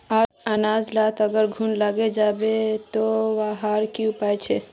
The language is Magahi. अनाज लात अगर घुन लागे जाबे ते वहार की उपाय छे?